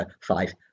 five